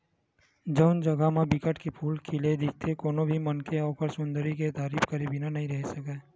जउन जघा म बिकट के फूल खिले दिखथे कोनो भी मनखे ह ओखर सुंदरई के तारीफ करे बिना नइ रहें सकय